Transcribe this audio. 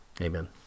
Amen